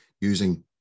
using